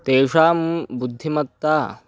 तेषां बुद्धिमत्ता